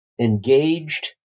engaged